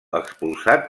expulsat